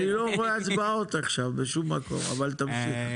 אני לא רואה הצבעות עכשיו, בשום מקום, אבל תמשיך.